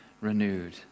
renewed